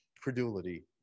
credulity